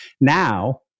Now